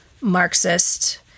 Marxist